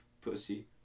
pussy